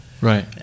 right